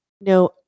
No